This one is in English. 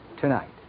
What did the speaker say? tonight